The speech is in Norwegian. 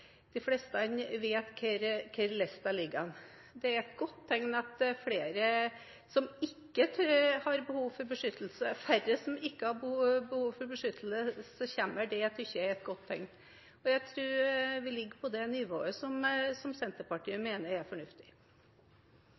de fleste vet hvordan det ligger an. Det er et godt tegn at færre som ikke har behov for beskyttelse, kommer, synes jeg. Jeg tror vi ligger på det nivået som Senterpartiet mener er fornuftig.